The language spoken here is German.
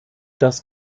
das